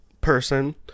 person